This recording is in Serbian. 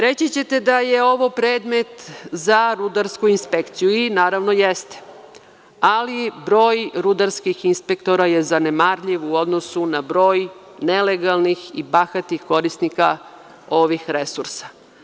Reći ćete da je ovo predmet za rudarsku inspekciju i naravno jeste, ali broj rudarskih inspektora je zanemarljiv u odnosu na broj nelegalnih i bahatih korisnika ovih resursa.